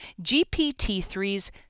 GPT-3's